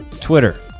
twitter